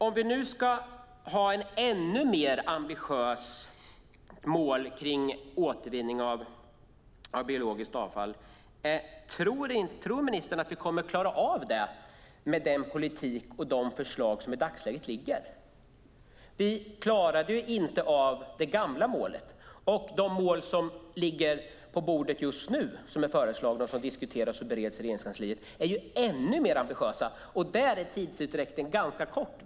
Om vi ska ha ett ännu mer ambitiöst mål för återvinning av biologiskt avfall, tror ministern att vi kommer att klara av det med den politik som förs och de förslag som i dagsläget har lagts fram? Vi klarade inte av det gamla målet, och de föreslagna målen som diskuteras och bereds i Regeringskansliet är ännu mer ambitiösa. Där är tidsutdräkten kort.